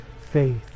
faith